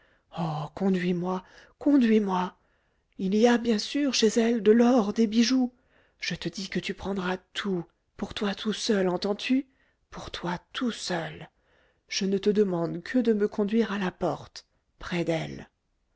conduis-moi conduis-moi il y a bien sûr chez elle de l'or des bijoux je te dis que tu prendras tout pour toi tout seul entends-tu pour toi tout seul je ne te demande que de me conduire à la porte près d'elle